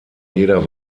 jeder